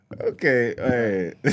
Okay